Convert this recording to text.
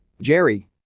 Jerry